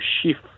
shift